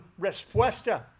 respuesta